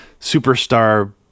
superstar